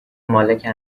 مالک